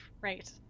Right